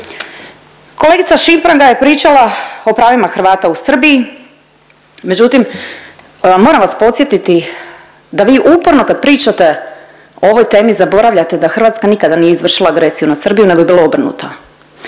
Kolegica Šimpraga je pričala o pravima Hrvata u Srbiji, međutim moram vas podsjetiti da vi uporno kad pričate o ovoj temi zaboravljate da Hrvatska nikada nije izvršila agresiju na Srbiju nego je bilo obrnuto.